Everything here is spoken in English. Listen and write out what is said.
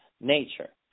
nature